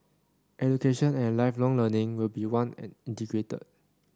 education and Lifelong Learning will be one and integrated